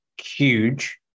huge